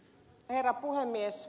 herra puhemies